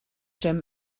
them